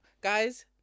guys